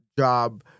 job